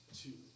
two